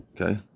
Okay